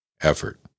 effort